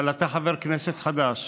אבל אתה חבר כנסת חדש